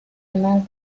among